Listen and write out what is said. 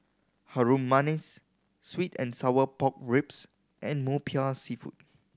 Harum Manis sweet and sour pork ribs and Popiah Seafood